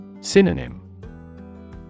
Synonym